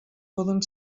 poden